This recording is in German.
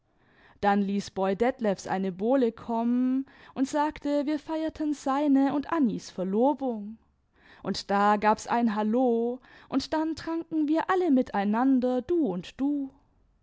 dann ließ boy detlefs eine bowle kommen imd sagte wir feierten seine und annis verlobimg uind da gab's ein hallo und dann tranken wir alle miteinander du und du